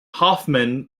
hofmann